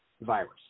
virus